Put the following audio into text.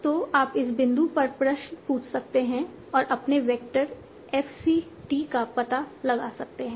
तो आप इस बिंदु पर प्रश्न पूछ सकते हैं और अपने वेक्टर f c t का पता लगा सकते हैं